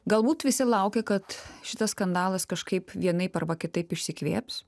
galbūt visi laukia kad šitas skandalas kažkaip vienaip arba kitaip išsikvėps